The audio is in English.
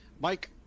Mike